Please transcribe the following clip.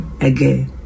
again